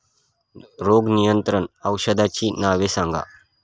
रोग नियंत्रण औषधांची नावे सांगा?